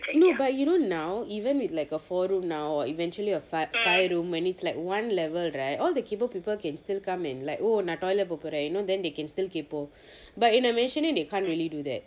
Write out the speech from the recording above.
no but you now even with like a four room now uh eventually eventually with a fiv~ five room when it is like one level right all the kaypoh people can still come and like oh நான்:naan toilet போபொறன்:poporan you know then they can still kaypoh but in a mansion they can't really do that